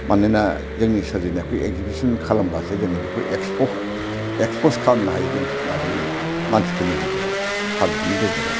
मानोना जोंनि सोरजिनायखौ एकजिबिसन खालामब्लासो जोङो बेखौ एक्सप'स एक्सप'स खालामनो हायो जों माबानि मानसिफोरनि गेजेराव पाब्लिकनि गेजेराव